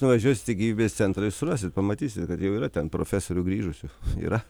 nuvažiuosit į gyvybės centrą ir surasit pamatysi jau yra ten profesorių grįžusių yra